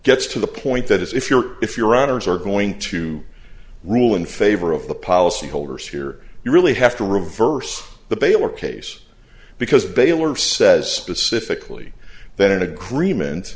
gets to the point that if you're if your honour's are going to rule in favor of the policy holders here you really have to reverse the baylor case because baylor says specifically that an agreement